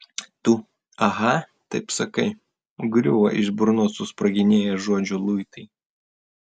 tu aha taip sakai griūva iš burnos susproginėję žodžių luitai